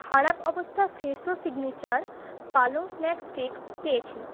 খারাপ অবস্থা Fresho signature পালং স্ন্যাক স্টিক্স পেয়েছি